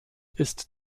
ist